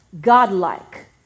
godlike